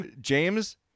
James